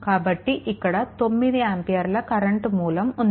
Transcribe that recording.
కాబట్టి ఇక్కడ ఒక 9 ఆంపియర్ల కరెంట్ మూలం ఉంది